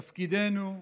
תפקידנו,